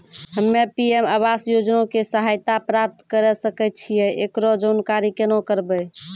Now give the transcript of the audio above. हम्मे पी.एम आवास योजना के सहायता प्राप्त करें सकय छियै, एकरो जानकारी केना करबै?